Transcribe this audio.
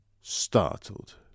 Startled